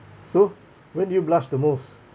so when do you blush the most